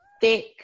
thick